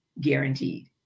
guaranteed